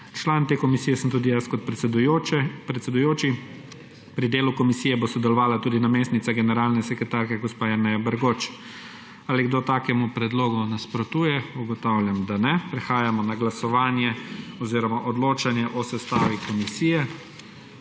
Član te komisije sem tudi jaz kot predsedujoči. Pri delu komisije bo sodelovala tudi namestnica generalne sekretarke gospa Jerneja Bergoč. Ali kdo takemu predlogu nasprotuje? Ne. prehajamo na glasovanje oziroma odločanje o sestavi komisije.